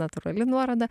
natūrali nuoroda